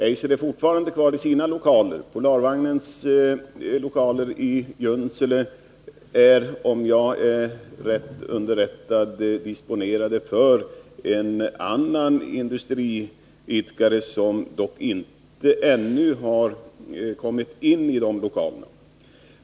Eiser är fortfarande kvar i sina lokaler; Polarvagnens lokaler i Junsele skall, om jag är rätt underrättad, disponeras av en annan industriidkare, som dock inte ännu har kommit in i de lokalerna.